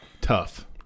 Tough